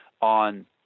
on